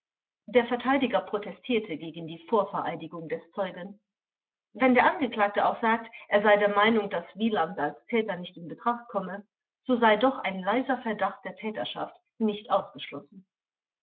der verteidiger protestierte gegen die vorvereidigung des zeugen wenn der angeklagte auch sagt er sei der meinung daß wieland als täter nicht in betracht komme so sei doch ein leiser verdacht der täterschaft nicht ausgeschlossen